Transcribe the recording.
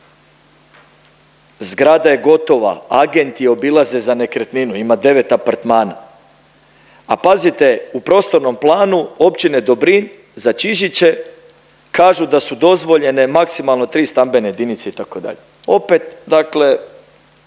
zgrada je gotova, agenti je obilaze za nekretninu, ima 9 apartmana. A pazite u prostornom planu općine Dobrinj za Čižiće kažu da su dozvoljene maksimalno tri stambene jedinice itd. Opet dakle